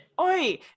Oi